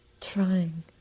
trying